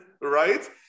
right